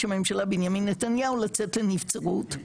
הממשלה בנימין נתניהו לצאת לנבצרות,